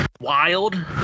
wild